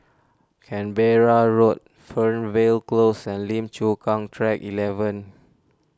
Canberra Road Fernvale Close and Lim Chu Kang Track eleven